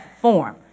form